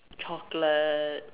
chocolate